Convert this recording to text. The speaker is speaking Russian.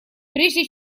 прежде